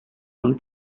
and